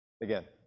again